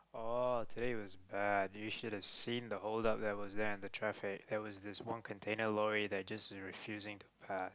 oh today was bad you should have seen the hold up that was there and the traffic there was this one container lorry that was just refusing to pass